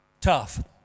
tough